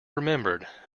remembered